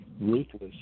Ruthless